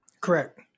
Correct